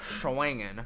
swinging